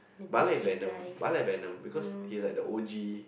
but I like Venom but I like Venom because he is like the O G